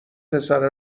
پسره